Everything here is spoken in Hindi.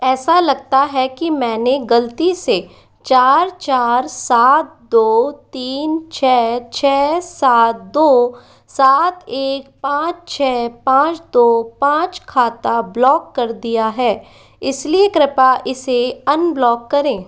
ऐसा लगता है कि मैंने गलती से चार चार सात दो तीन छः छः सात दो सात एक पाँच छः पाँच दो पाँच खाता ब्लॉक कर दिया है इसलिए कृपया इसे अनब्लॉक करें